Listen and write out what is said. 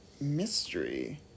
mystery